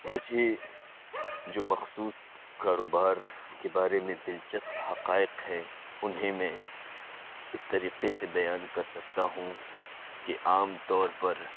مجھے جو مخصوص کاروبار کے بارے میں دلچسپ حقائق ہیں انہیں میں اس طریقے سے بیان کر سکتا ہوں کہ عام طور پر